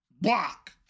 block